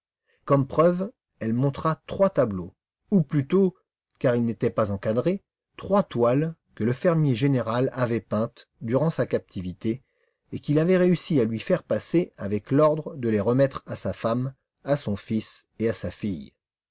comme preuve elle montra trois tableaux ou plutôt car ils n'étaient pas encadrés trois toiles que le fermier général avait peintes durant sa captivité et qu'il avait réussi à lui faire passer avec l'ordre de les remettre à sa femme à son fils et à sa fille